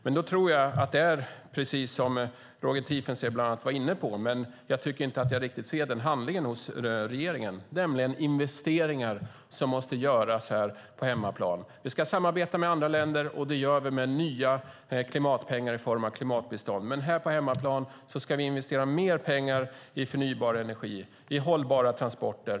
Det är precis som Roger Tiefensee bland annat var inne på, men jag tycker inte att jag riktigt ser den handlingen hos regeringen. Det gäller investeringar som måste göras här på hemmaplan. Vi ska samarbeta med andra länder. Det gör vi med nya klimatpengar i form av klimatbistånd. Men här på hemmaplan ska vi investera mer pengar i förnybar energi och hållbara transporter.